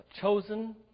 chosen